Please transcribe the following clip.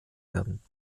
werden